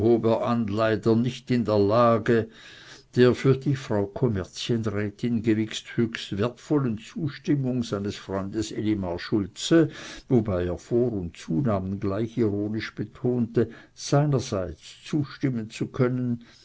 nicht in der lage der für die frau kommerzienrätin gewiß höchst wertvollen zustimmung seines freundes elimar schulze wobei er vor und zuname gleich ironisch betonte seinerseits zustimmen zu können